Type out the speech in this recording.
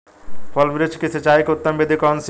फल वृक्ष की सिंचाई की उत्तम विधि कौन सी है?